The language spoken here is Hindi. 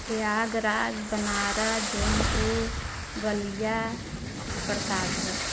प्रयागराज बनारस जौनपुर बलिया प्रतापगढ़